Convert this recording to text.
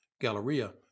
Galleria